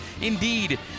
indeed